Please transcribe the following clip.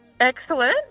Excellent